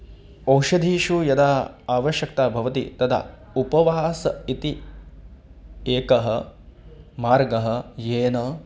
ओषधिषु यदा आवश्यक्ता भवति तदा उपवासः इति एकः मार्गः येन